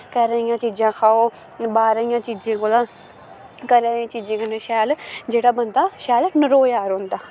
घरै दियां चीजां खाओ बाह्रै दियें चीजें कोला घरै दियें चीजें कन्नै जेह्ड़ा बंदा शैल नरोएआ रौंह्दा